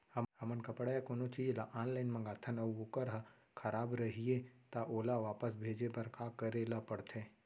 हमन कपड़ा या कोनो चीज ल ऑनलाइन मँगाथन अऊ वोकर ह खराब रहिये ता ओला वापस भेजे बर का करे ल पढ़थे?